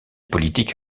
politique